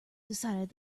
decided